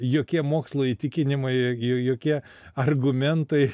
jokie mokslo įtikinimai jokie argumentai